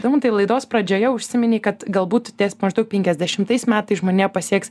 daumantai laidos pradžioje užsiminei kad galbūt ties maždaug penkiasdešimtais metais žmonija pasieks